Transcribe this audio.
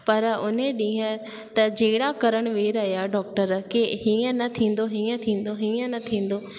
पर उन ॾींहं त जेड़ा करणु वेही रहिया डॉक्टर की हीअं न थींदो हीअं थींदो हीअं न थींदो